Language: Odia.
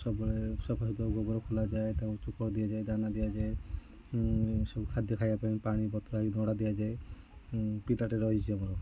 ସବୁବେଳେ ସଫାସୁତରା ଗୋବର ଖୋଲାଯାଏ ତାଙ୍କୁ ଚୋକଡ଼ ଦିଆଯାଏ ଦାନା ଦିଆଯାଏ ସବୁ ଖାଦ୍ୟ ଖାଇବା ପାଇଁ ପାଣି ପତଳାକି ଧଡ଼ା ଦିଆଯାଏ ରହିଛି ଆମର